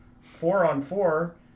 four-on-four